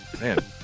man